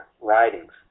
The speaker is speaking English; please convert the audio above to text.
writings